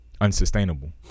unsustainable